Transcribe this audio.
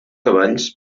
cavalls